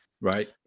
right